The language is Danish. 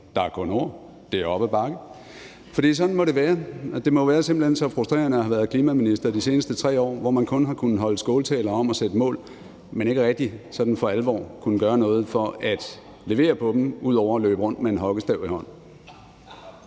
der er kun ord, det er op ad bakke. For sådan må det være. Det må simpelt hen have været så frustrerende at have været klimaminister de seneste 3 år, hvor man kun har kunnet holde skåltaler om at sætte mål, men ikke rigtig sådan for alvor har kunnet gøre noget for at levere på dem ud over at løbe rundt med en hockeystav i hånden.